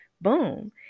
boom